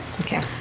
Okay